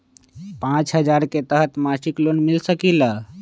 पाँच हजार के तहत मासिक लोन मिल सकील?